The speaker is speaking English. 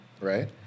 right